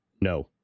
No